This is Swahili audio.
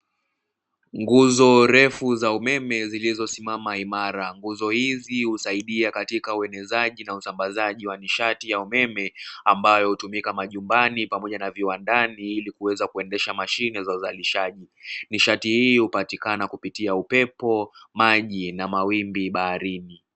Nguzo refu za umeme zilizosimama imara, nguzo hizi husidia katika uenezaji na usambazaji wa nishati ya umeme, ambayo hutumika majumbani pamoja na viwandani, ili kuweza kuendesha mashine za uzalishaji. Nishati hii hupatikana kupitia upepo, maji na mawimbi baharini.